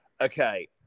Okay